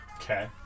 okay